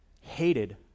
hated